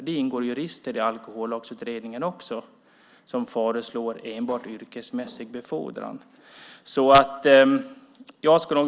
Det ingår jurister i Alkohollagsutredningen också som föreslår enbart yrkesmässig befordran.